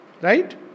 Right